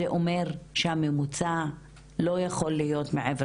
זה אומר שהממוצע לא יכול להיות מעבר